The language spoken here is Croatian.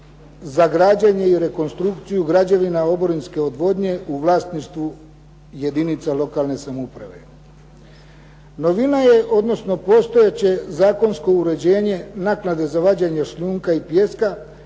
za građenje i rekonstrukciju građevina oborinske odvodnje u vlasništvu jedinica lokalne samouprave. Novina je, odnosno postojeće zakonsko uređenje naknade za vađenje šljunka i pijeska